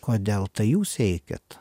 kodėl tai jūs eikit